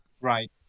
Right